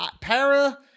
para